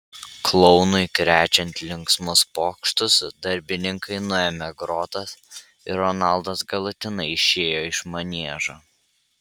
klounui krečiant linksmus pokštus darbininkai nuėmė grotas ir ronaldas galutinai išėjo iš maniežo